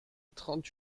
trente